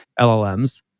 LLMs